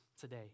today